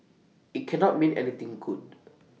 IT cannot mean anything good